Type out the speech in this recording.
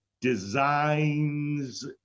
designs